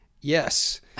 Yes